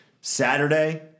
Saturday